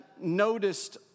noticed